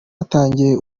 atangiye